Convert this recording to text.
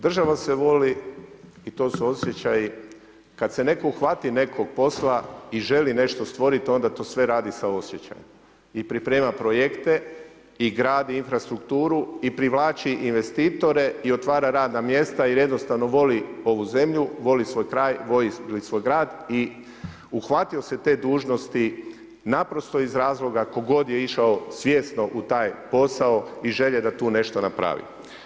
Država se voli i to su osjećaji, kad se netko uhvati nekog posla i želi nešto stvorit onda to sve radi sa osjećajem i priprema projekte i gradi infrastrukturu i privlači investitore i otvara radna mjesta jer jednostavno voli ovu zemlju, voli svoj kraj, voli svoj grad i uhvatimo se te dužnosti naprosto iz razloga, tko god je išao svjesno u taj posao i želje da tu nešto napravi.